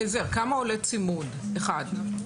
כמה עולה צימוד אחד?